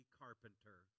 carpenter